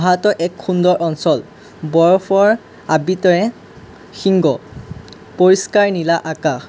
ভাৰতৰ এক সুন্দৰ অঞ্চল বৰফৰ পৰিষ্কাৰ নীলা আকাশ